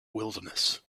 wilderness